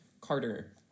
Carter